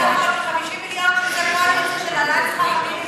בסך הכול של 50 מיליון של העלאת שכר המינימום.